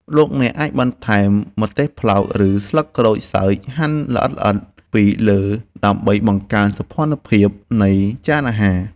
លោកអ្នកអាចបន្ថែមម្ទេសប្លោកឬស្លឹកក្រូចសើចហាន់ល្អិតៗពីលើដើម្បីបង្កើនសោភ័ណភាពនៃចានអាហារ។